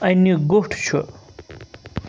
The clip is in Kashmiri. اَنہِ گوٚٹھ چھُ